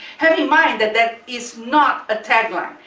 have in mind that that is not a tag line.